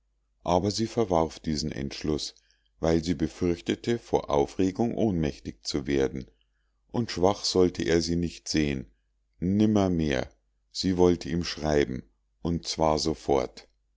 aber sie verwarf diesen entschluß weil sie befürchtete vor aufregung ohnmächtig zu werden und schwach sollte er sie nicht sehen nimmermehr sie wollte ihm schreiben und zwar sofort